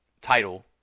title